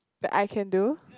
that I can do